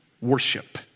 worship